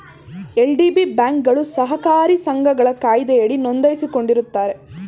LDB ಬ್ಯಾಂಕ್ಗಳು ಸಹಕಾರಿ ಸಂಘಗಳ ಕಾಯ್ದೆಯಡಿ ನೊಂದಾಯಿಸಿಕೊಂಡಿರುತ್ತಾರೆ